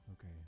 Okay